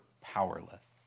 powerless